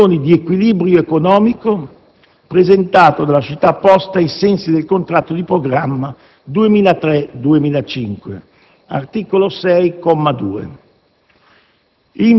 condizioni di equilibrio economico, presentato dalla società Poste ai sensi del contratto di programma 2003-2005 (articolo 6,